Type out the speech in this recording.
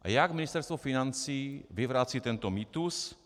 A jak Ministerstvo financí vyvrací tento mýtus?